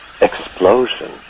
explosion